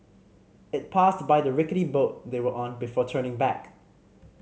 it passed by the rickety boat they were on before turning back